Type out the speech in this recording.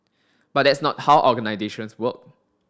but that's not how organisations work